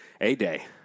A-Day